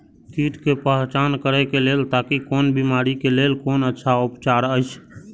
कीट के पहचान करे के लेल ताकि कोन बिमारी के लेल कोन अच्छा उपचार अछि?